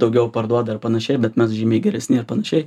daugiau parduoda ar panašiai bet mes žymiai geresni ir panašiai